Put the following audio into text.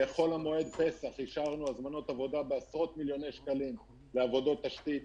בחול המועד פסח אישרנו הזמנות עבודה ועבודות תשתית